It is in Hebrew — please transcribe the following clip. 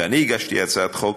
ואני הגשתי הצעת חוק.